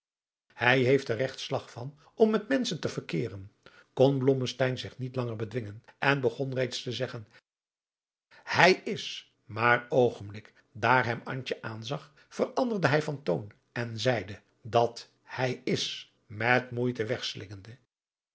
hij heeft er regt slag van om met menschen te verkeeren kon blommesteyn zich niet langer bedwingen en begon reeds te zeggen hij is maar oogenblikkelijk daar hem antje aanzag veranderde hij van toon en zeide dat hij is met moeite wegslikkende